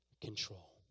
control